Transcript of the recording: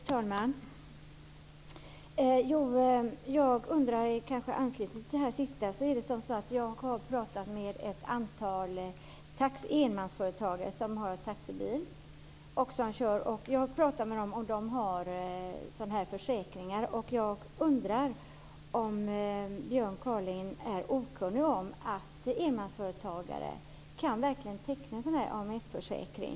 Fru talman! Jag undrar över en sak i anslutning till det sista. Jag har pratat med ett antal enmansföretagare som kör taxibil. De har sådana här försäkringar. Jag undrar om Björn Kaaling är okunnig om att enmansföretagare kan teckna en AMF-försäkring.